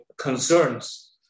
concerns